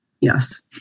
Yes